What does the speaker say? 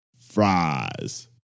Fries